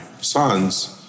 sons